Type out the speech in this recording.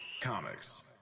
Comics